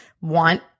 want